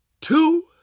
two